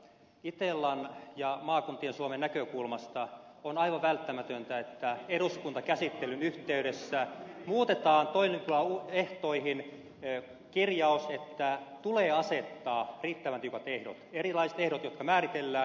itellan ja maakuntien suomen näkökulmasta on aivan välttämätöntä että eduskuntakäsittelyn yhteydessä muutetaan toimilupaehtoihin kirjaus että tulee asettaa riittävän tiukat erilaiset ehdot jotka määritellään